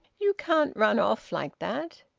you can't run off like that!